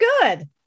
good